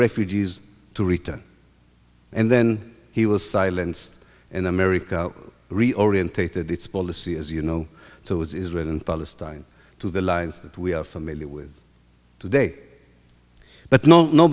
refugees to return and then he was silenced in america reorientated its policy as you know to israel and palestine to the lives that we are familiar with today but now no